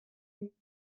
you